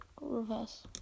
reverse